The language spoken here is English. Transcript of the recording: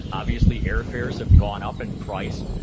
obviously, air fares have gone up in price,